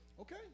okay